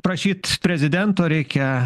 prašyt prezidento reikia